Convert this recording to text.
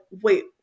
wait